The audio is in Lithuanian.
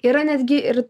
yra netgi ir